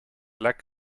lek